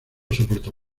soporto